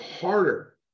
harder